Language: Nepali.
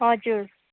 हजुर